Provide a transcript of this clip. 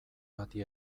bati